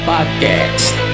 Podcast